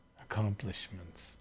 accomplishments